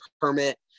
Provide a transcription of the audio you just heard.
permit